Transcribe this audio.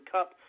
Cup